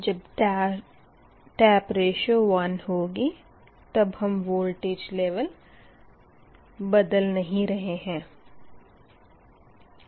जब tap ratio 1 होगी तब हम वोल्टेज लेवेल बदल नहीं रहे है